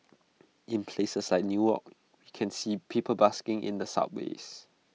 in places like new york we can see people busking in the subways